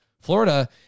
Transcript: Florida